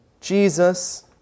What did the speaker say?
Jesus